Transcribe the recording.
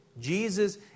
Jesus